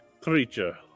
creature